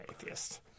atheist